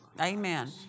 Amen